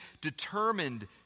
determined